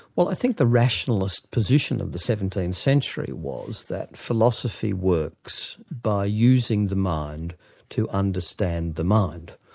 well i think the rationalist position of the seventeenth century was that philosophy works by using the mind to understand the mind,